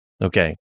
Okay